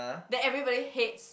that everybody hates